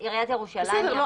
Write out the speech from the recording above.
בסדר,